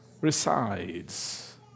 resides